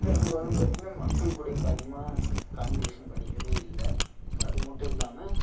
பெரும்பாலும் பார்த்திங்கன்னா மக்கள் கூட இப்போ அதிகமாக கான்வர்சேஷன் பண்ணிக்கிறதே இல்லை அது மட்டும் இல்லாமல்